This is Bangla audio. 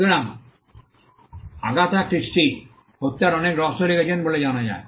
সুতরাং আগাথা ক্রিস্টি হত্যার অনেক রহস্য লিখেছেন বলে জানা যায়